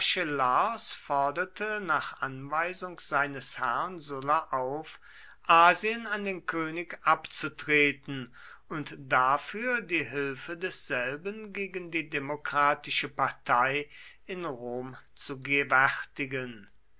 forderte nach anweisung seines herrn sulla auf asien an den könig abzutreten und dafür die hilfe desselben gegen die demokratische partei in rom zu